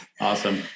Awesome